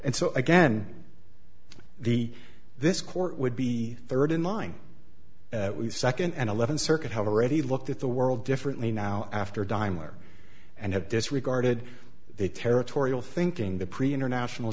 and so again the this court would be third in line second and eleventh circuit have already looked at the world differently now after dimer and have disregarded the territorial thinking the pre international